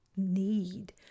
need